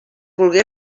volgué